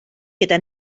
gyda